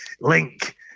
Link